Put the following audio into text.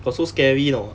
got so scary or not